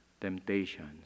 temptations